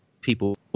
people